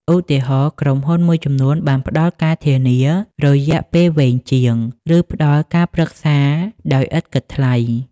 ឧទាហរណ៍ ក្រុមហ៊ុនមួយចំនួនបានផ្តល់ការធានារយៈពេលវែងជាង ឬផ្តល់ការប្រឹក្សាដោយឥតគិតថ្លៃ។